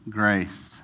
grace